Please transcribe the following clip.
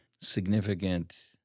significant